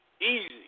easy